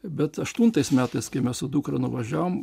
bet aštuntais metais kai mes su dukra nuvažiavom